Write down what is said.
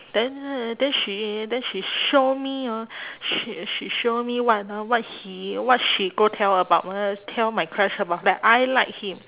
then then she then she show me hor she she show me what ah what he what she go tell about uh tell my crush about that I like him